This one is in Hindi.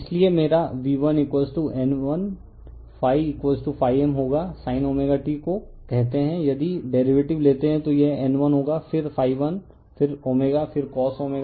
इसलिए मेरा V1N1 m होगा sin ω t को कहते हैं यदि डेरीवेटिव लेते हैं तो यह N1 होगा फिर m फिर ω फिर cosω t